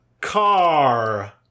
Car